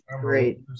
great